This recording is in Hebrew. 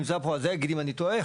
נמצא פה הלל יגיד לי אם אני טועה,